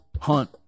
hunt